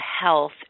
health